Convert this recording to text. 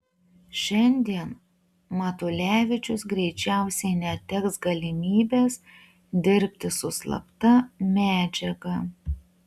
šiandien matulevičius greičiausiai neteks galimybės dirbti su slapta medžiaga